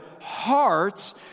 hearts